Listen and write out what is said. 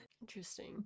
Interesting